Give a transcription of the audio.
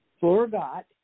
forgot